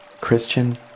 Christian